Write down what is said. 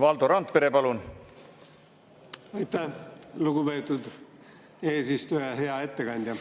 Valdo Randpere, palun! Aitäh, lugupeetud eesistuja! Hea ettekandja!